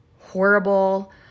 horrible